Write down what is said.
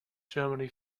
germany